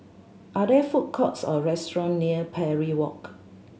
are there food courts or restaurant near Parry Walk